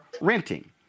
renting